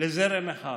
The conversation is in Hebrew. לזרם אחד.